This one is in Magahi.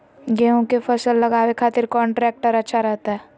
गेहूं के फसल लगावे खातिर कौन ट्रेक्टर अच्छा रहतय?